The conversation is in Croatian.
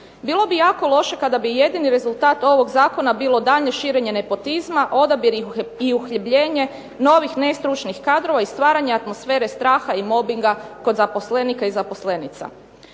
Bilo bi jako loše kada bi jedini rezultat ovog zakona bilo daljnje širenje nepotizma, odabir i uhljebljenje novih nestručnih kadrova i stvaranje atmosfere straha i mobbinga kod zaposlenika i zaposlenica.